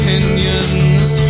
Opinions